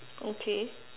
okay